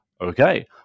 Okay